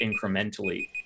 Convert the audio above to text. incrementally